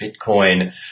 Bitcoin